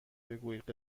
بگویید